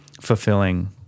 fulfilling